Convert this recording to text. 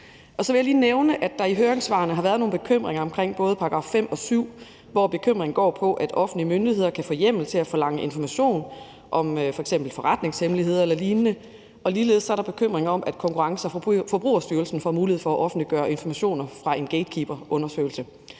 har været nogle bekymringer omkring §§ 5 og 7, hvor bekymringen går på, at offentlige myndigheder kan få hjemmel til at forlange information om f.eks. forretningshemmeligheder eller lignende, og ligeledes er der bekymring om, at Konkurrence- og Forbrugerstyrelsen får mulighed for at offentliggøre informationer fra en gatekeeperundersøgelse.